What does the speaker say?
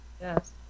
Yes